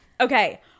Okay